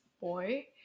boy